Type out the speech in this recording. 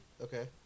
Okay